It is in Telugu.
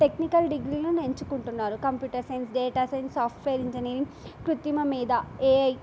టెక్నికల్ డిగ్రీలను ఎంచుకుంటున్నారు computer science data science software engineering కృతిమ మీద ఏఐ